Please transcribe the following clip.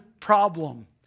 problem